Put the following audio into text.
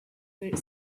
were